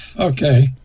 Okay